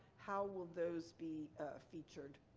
how will those be featured?